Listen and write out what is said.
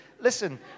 listen